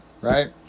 right